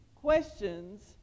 questions